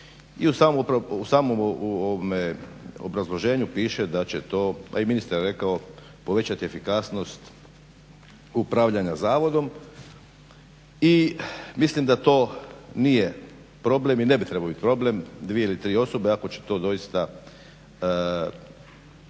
i u samom obrazloženju piše da će to pa i ministar je rekao povećati efikasnost upravljanja zavodom i mislim da to nije problem i ne bi trebao biti problem dvije ili tri osobe ako će to doista